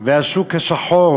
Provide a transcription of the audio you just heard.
והשוק השחור